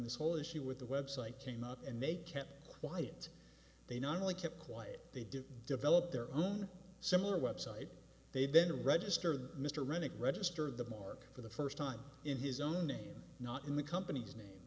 this whole issue with the website came up and they kept quiet they not only kept quiet they did develop their own similar web site they then registered mr rennick register the mark for the first time in his own name not in the company's name